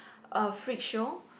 a freed show